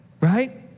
right